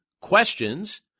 questions